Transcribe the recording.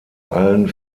allen